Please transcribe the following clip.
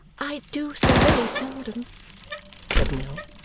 i do so very seldom said nell,